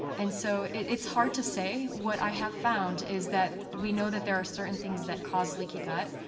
and so it's hard to say. what i have found is that we know that there are certain things that cause leaky gut,